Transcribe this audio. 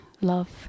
love